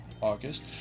August